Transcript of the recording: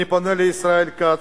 אני פונה לישראל כץ: